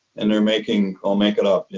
and they're making, i'll make it up,